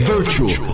Virtual